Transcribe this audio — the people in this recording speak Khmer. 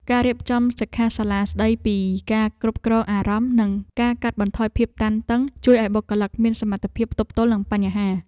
ការរៀបចំសិក្ខាសាលាស្តីពីការគ្រប់គ្រងអារម្មណ៍និងការកាត់បន្ថយភាពតានតឹង ជួយឱ្យបុគ្គលិកមានសមត្ថភាពទប់ទល់នឹងបញ្ហា។